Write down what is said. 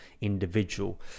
individual